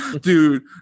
Dude